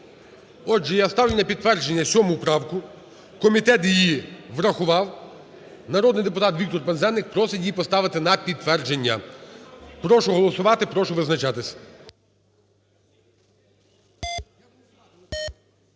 Отже, я ставлю на підтвердження 7 правку. Комітет її врахував. Народний депутат Віктор Пинзеник просить її поставити на підтвердження. Прошу голосувати. Прошу визначатись.